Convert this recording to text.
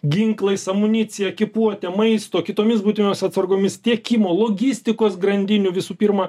ginklais amunicija ekipuote maisto kitomis būtinos atsargomis tiekimo logistikos grandinių visų pirma